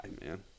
man